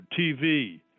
TV